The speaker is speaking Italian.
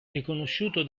riconosciuto